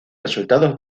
resultados